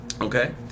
Okay